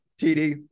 td